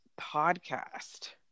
podcast